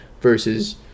versus